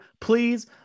Please